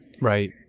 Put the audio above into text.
Right